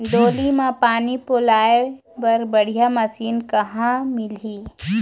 डोली म पानी पलोए बर बढ़िया मशीन कहां मिलही?